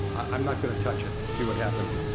i'm not going to touch, it see what happens.